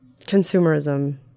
consumerism